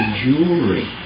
jewelry